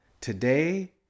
Today